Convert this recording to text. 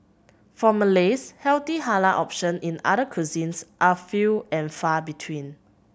for Malays healthy halal option in other cuisines are few and far between